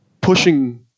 pushing